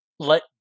let